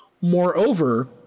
Moreover